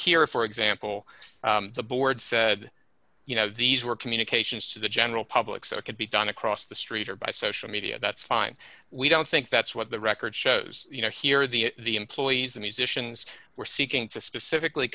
here for example the board said you know these were communications to the general public so it could be done across the street or by social media that's fine we don't think that's what the record shows you know here the employees the musicians were seeking to specifically